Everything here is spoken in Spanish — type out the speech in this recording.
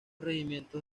regimientos